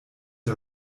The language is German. der